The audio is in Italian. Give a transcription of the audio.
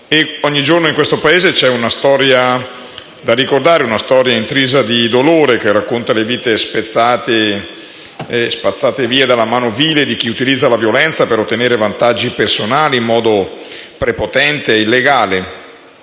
Ogni giorno, nel nostro Paese, c'è una storia da ricordare: una storia intrisa di dolore, che racconta di vite spezzate e spazzate via dalla mano vile di chi utilizza la violenza per ottenere vantaggi personali, in modo prepotente e illegale.